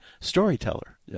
storyteller